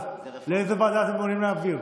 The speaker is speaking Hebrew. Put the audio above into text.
אז לאיזו אתם רוצים להעביר?